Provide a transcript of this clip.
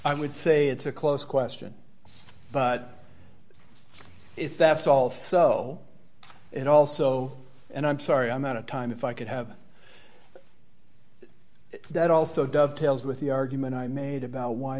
i would say it's a close question but if that's all so and also and i'm sorry i'm out of time if i could have that also death tales with the argument i made about why